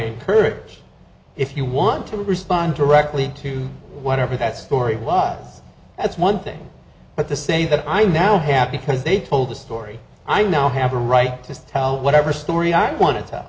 encourage if you want to respond directly to whatever that story was that's one thing but the say that i now have because they told the story i now have a right to tell whatever story i want